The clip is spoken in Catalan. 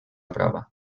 brava